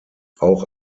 auch